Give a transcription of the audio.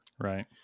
Right